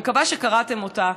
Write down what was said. אני מקווה שקראתם אותה,